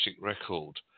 record